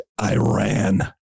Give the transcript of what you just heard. Iran